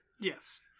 Yes